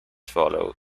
followed